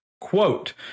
quote